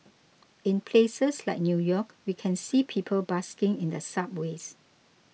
in places like New York we can see people busking in the subways